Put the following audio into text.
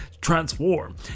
Transform